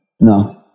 no